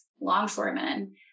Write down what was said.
longshoremen